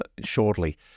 shortly